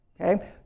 Okay